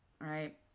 right